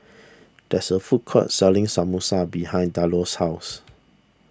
there is a food court selling Samosa behind Delos' house